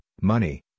money